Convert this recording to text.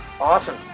awesome